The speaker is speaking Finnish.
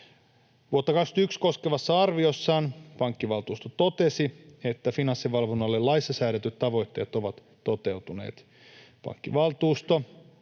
Vuotta 21 koskevassa arviossaan pankkivaltuusto totesi, että Finanssivalvonnalle laissa säädetyt tavoitteet ovat toteutuneet.